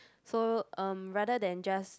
so erm rather than just